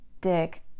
Dick